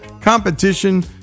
competition